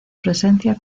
presencia